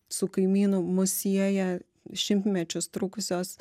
su kaimynu mus sieja šimtmečius trukusios